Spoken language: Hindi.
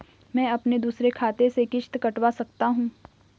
मैं अपने दूसरे खाते से किश्त कटवा सकता हूँ?